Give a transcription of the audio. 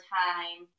time